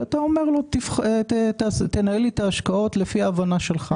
ואתה אומר לו: תנהל את ההשקעות לפי ההבנה שלך.